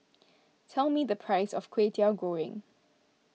tell me the price of Kway Teow Goreng